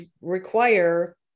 require